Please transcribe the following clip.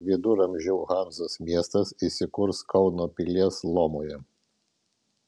viduramžių hanzos miestas įsikurs kauno pilies lomoje